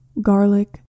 garlic